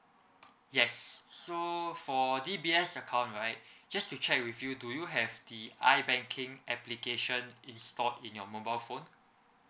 yes so for D_B_S account right just to check with you do you have the I banking application installed in your mobile phone